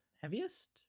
heaviest